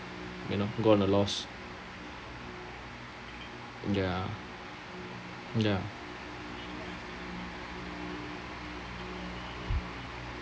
you know go on a loss ya ya